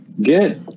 Get